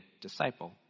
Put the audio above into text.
disciple